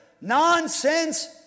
nonsense